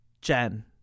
jen